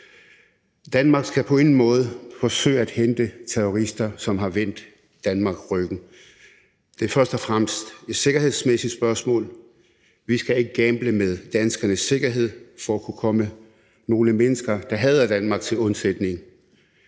Danmark skal på ingen måde forsøge at hente terrorister, som har vendt Danmark ryggen. Det er først og fremmest et sikkerhedsmæssigt spørgsmål. Vi skal ikke gamble med danskernes sikkerhed for at kunne komme nogle mennesker, der hader Danmark, til undsætning.